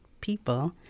people